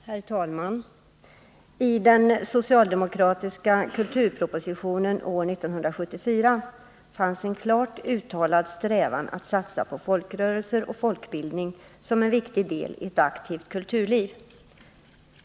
Herr talman! I den socialdemokratiska kulturpropositionen år 1974 fanns en klart uttalad strävan att satsa på folkrörelser och folkbildning som en viktig del i ett aktivt kulturliv.